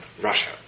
Russia